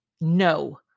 No